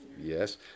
yes